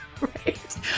Right